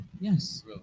Yes